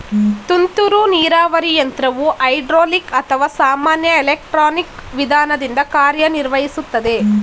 ತುಂತುರು ನೀರಾವರಿ ಯಂತ್ರವು ಹೈಡ್ರೋಲಿಕ್ ಅಥವಾ ಸಾಮಾನ್ಯ ಎಲೆಕ್ಟ್ರಾನಿಕ್ ವಿಧಾನದಿಂದ ಕಾರ್ಯನಿರ್ವಹಿಸುತ್ತದೆ